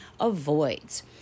avoids